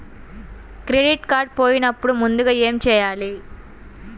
Credit card పోయినపుడు ముందుగా ఏమి చేయాలి?